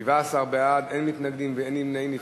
17 בעד, אין מתנגדים ואין נמנעים.